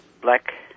black